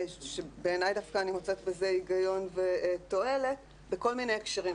שאני דווקא מוצאת בזה היגיון ותועלת בכל מיני הקשרים,